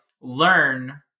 learn